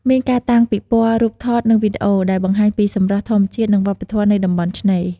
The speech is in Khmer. មានការតាំងពិព័រណ៍រូបថត និងវីដេអូ ដែលបង្ហាញពីសម្រស់ធម្មជាតិ និងវប្បធម៌នៃតំបន់ឆ្នេរ។